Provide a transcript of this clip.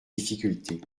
difficultés